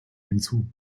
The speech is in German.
hinzu